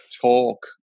talk